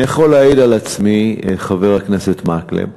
אני יכול להעיד על עצמי, חבר הכנסת מקלב,